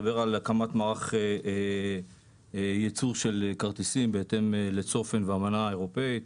מדובר על הקמת מערך ייצור של כרטיסים בהתאם לצופן והאמנה האירופאית.